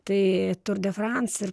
tai tour de france ir